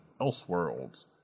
Elseworlds